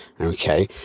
Okay